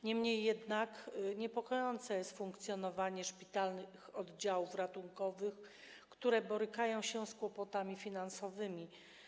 Niemniej jednak niepokojące jest funkcjonowanie szpitalnych oddziałów ratunkowych, które borykają się z kłopotami finansowymi.